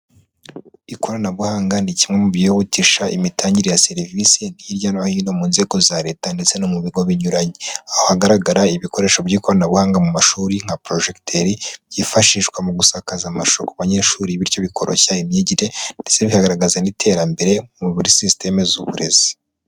Ikoranabuhanga ni kimwe mu byihutisha imitangire ya serivisi hirya no hino mu nzego za leta ndetse no mu bigo binyuranye. Aho hagaragara ibikoresho by'ikoranabuhanga mu mashuri nka projecteur byifashishwa mu gusakaza amashusho ku banyeshuri bityo bikoroshya imyigire, ndetse bikagaragaza n'iterambere no muri systeme z'uburezi.